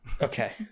Okay